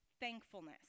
thankfulness